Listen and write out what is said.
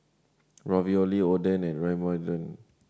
Ravioli Oden and Ramyeon